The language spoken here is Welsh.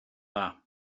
dda